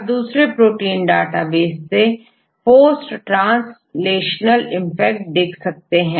अब दूसरे protein database से post ट्रांसलेशनल इफेक्ट देख सकते हैं